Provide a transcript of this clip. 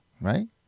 Right